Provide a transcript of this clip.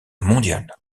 mondiale